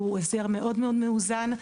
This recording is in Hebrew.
והוא הסדר מאוד מאוד מאוזן,